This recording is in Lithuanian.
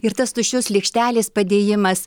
ir tas tuščios lėkštelės padėjimas